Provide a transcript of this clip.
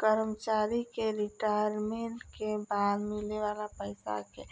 कर्मचारी के रिटायरमेंट के बाद मिले वाला पइसा के